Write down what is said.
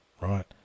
right